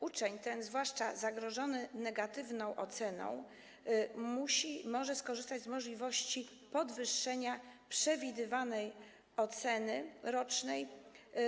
Uczeń, zwłaszcza ten zagrożony negatywną oceną, może skorzystać z możliwości podwyższenia przewidywanej oceny rocznej.